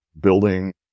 building